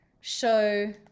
show